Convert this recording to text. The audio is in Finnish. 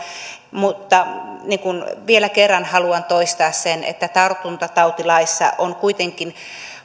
mutta vielä kerran haluan toistaa sen että tartuntatautilaissa on kuitenkin